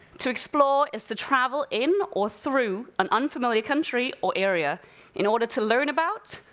to explore is to travel in or through an unfamiliar country or area in order to learn about,